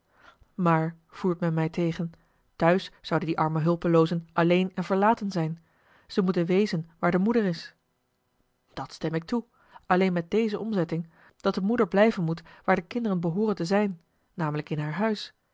maar voert men mij tegen thuis zouden die arme hulpeloozen alleen en verlaten zijn ze moeten wezen waar de moeder is dat stem ik toe alleen met deze omzetting dat de moeder blijven moet waar de kinderen behooren te zijn namelijk in haar huis